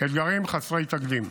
אתגרים חסרי תקדים.